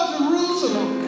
Jerusalem